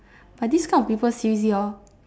but this kind of people seriously hor